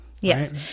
Yes